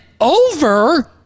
over